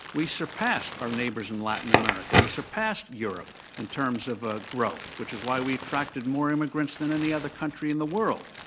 we surpassed our neighbors in latin america. we surpassed europe in terms of ah growth, which is why we attracted more immigrants than any other country in the world